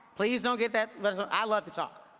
please don't gets that but so i love to talk.